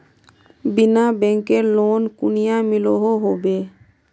बिना बैंकेर लोन कुनियाँ मिलोहो होबे?